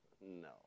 no